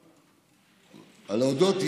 להודות.